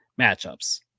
matchups